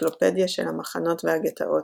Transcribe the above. אנציקלופדיה של המחנות והגטאות,